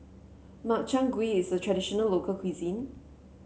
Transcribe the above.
Makchang Gui is a traditional local cuisine